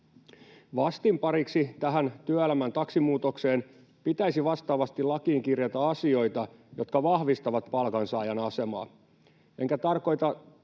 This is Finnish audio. Vastinpariksi tähän työelämän taksimuutokseen pitäisi vastaavasti lakiin kirjata asioita, jotka vahvistavat palkansaajan asemaa. Enkä tarkoita